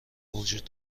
وجود